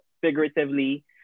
figuratively